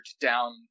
down